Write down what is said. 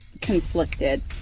conflicted